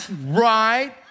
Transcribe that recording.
right